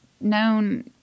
known